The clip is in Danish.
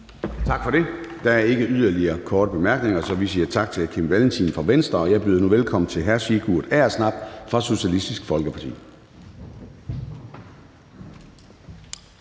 Tak for det. Der er ikke yderligere korte bemærkninger, så vi siger tak til hr. Kim Valentin fra Venstre. Jeg byder nu velkommen til hr. Sigurd Agersnap fra Socialistisk Folkeparti.